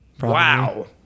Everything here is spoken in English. Wow